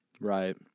Right